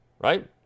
right